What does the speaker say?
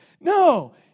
No